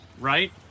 right